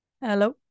hello